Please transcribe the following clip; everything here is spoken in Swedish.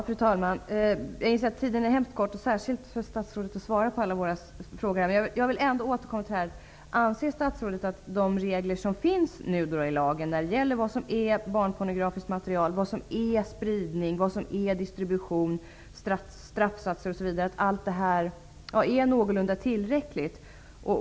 Fru talman! Tiden för inlägg är mycket kort, särskilt för statsrådet som skall svara på alla våra frågor. Jag vill ändå återkomma till följande fråga: Anser statsrådet att de lagregler som nu finns om vad som är barnpornografiskt material, om spridning, distribution, straffsatser osv. är någorlunda tillräckliga?